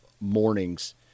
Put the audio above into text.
mornings